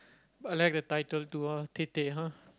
but I like the title too ah tete ha